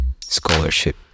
scholarship